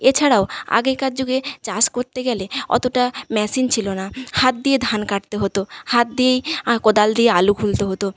এছাড়াও আগেকার যুগে চাষ করতে গেলে অতোটা মেশিন ছিলো না হাত দিয়ে ধান কাটতে হতো হাত দিয়েই কোদাল দিয়ে আলু খুলতে হতো